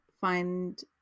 find